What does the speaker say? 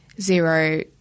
zero